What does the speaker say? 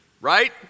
right